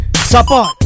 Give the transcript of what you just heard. Support